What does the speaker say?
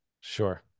Sure